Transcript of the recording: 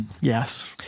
Yes